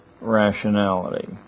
rationality